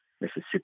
Mississippi